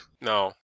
No